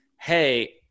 hey